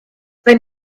wenn